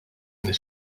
this